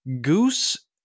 Goose